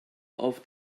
auf